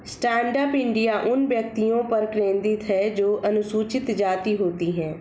stand up India उन व्यक्तियों पर केंद्रित है जो अनुसूचित जाति होती है